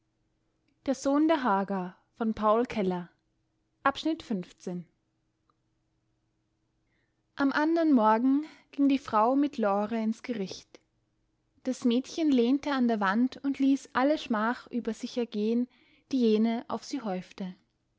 am andern morgen ging die frau mit lore ins gericht das mädchen lehnte an der wand und ließ alle schmach über sich ergehen die jene auf sie häufte